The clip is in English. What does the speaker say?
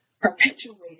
perpetuated